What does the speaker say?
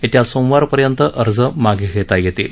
येत्या सोमवारपर्यंत अर्ज मागे घेता येतील